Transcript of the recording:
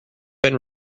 been